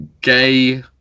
gay